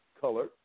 color